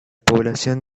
población